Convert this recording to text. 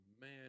man